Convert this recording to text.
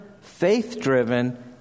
faith-driven